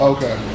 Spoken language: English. Okay